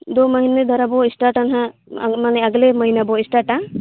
ᱫᱳ ᱢᱟᱦᱟᱱᱮ ᱫᱷᱟᱨᱟ ᱵᱚ ᱥᱴᱟᱴᱟ ᱱᱟᱦᱟᱜ ᱢᱟᱱᱮ ᱟᱜᱞᱮ ᱢᱟᱦᱟᱱᱮ ᱵᱚ ᱥᱴᱟᱴᱟ